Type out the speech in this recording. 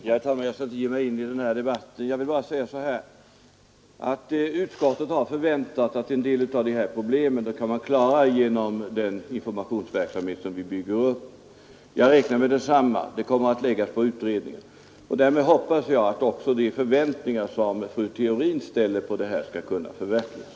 Herr talman! Jag skall inte ge mig in i den här debatten. Jag vill bara säga att utskottet har förväntat att en del av de här problemen kan klaras genom den informationsverksamhet som vi bygger upp, och jag räknar med detsamma. Frågan kommer att läggas på utredningen, och därmed hoppas jag att också de förväntningar som fru Theorin hyser skall kunna förverkligas.